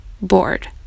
bored